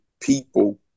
people